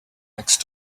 next